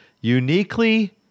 uniquely